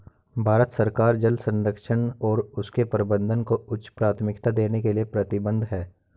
भारत सरकार जल संरक्षण और उसके प्रबंधन को उच्च प्राथमिकता देने के लिए प्रतिबद्ध है